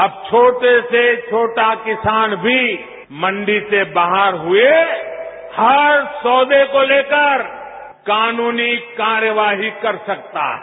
अब छोटे से छोटा किसान भी मंडी से बाहर हुए हर सौदे को लेकर कानूनी कार्यवाही कर सकता है